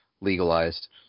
legalized